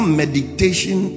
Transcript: meditation